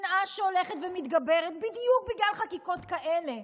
שנאה שהולכת ומתגברת בדיוק בגלל חקיקות כאלה,